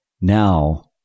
now